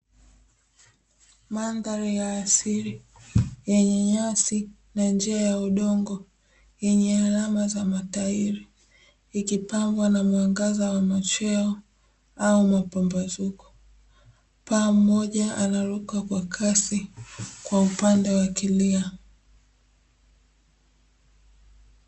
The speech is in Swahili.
Madhara ya asili yenye nyasi na njia ya udongo, yenye alama za matairi ikipambwa na mwangaza wa macheo au mapambazuko, paa moja anaruka kwa kasi kwa upande wa kulia.